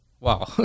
wow